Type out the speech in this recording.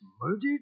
murdered